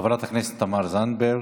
חברת הכנסת תמר זנדברג.